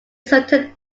certain